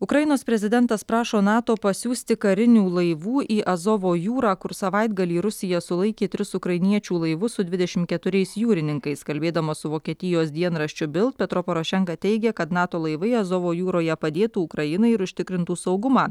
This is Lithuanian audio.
ukrainos prezidentas prašo nato pasiųsti karinių laivų į azovo jūrą kur savaitgalį rusija sulaikė tris ukrainiečių laivus su dvidešimt keturiais jūrininkais kalbėdamas su vokietijos dienraščiu bilt petro porošenka teigia kad nato laivai azovo jūroje padėtų ukrainai ir užtikrintų saugumą